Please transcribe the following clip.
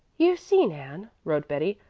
you see, nan, wrote betty,